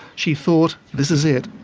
she thought this is it.